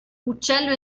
uccello